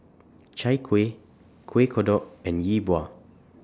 Chai Kuih Kuih Kodok and Yi Bua